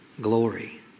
Glory